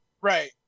Right